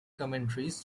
commentaries